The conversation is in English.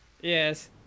Yes